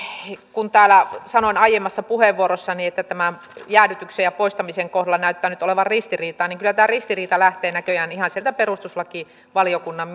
kun täällä sanoin aiemmassa puheenvuorossani että tämän jäädytyksen ja poistamisen kohdalla näyttää nyt olevan ristiriitaa niin kyllä tämä ristiriita lähtee näköjään ihan sieltä perustuslakivaliokunnan